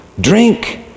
drink